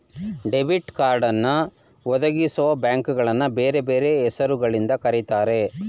debit ಕಾರ್ಡನ್ನು ಒದಗಿಸುವಬ್ಯಾಂಕ್ಗಳನ್ನು ಬೇರೆ ಬೇರೆ ಹೆಸರು ಗಳಿಂದ ಕರೆಯುತ್ತಾರೆ